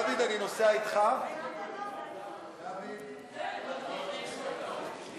התשע"ח 2017, לוועדת החוקה, חוק ומשפט נתקבלה.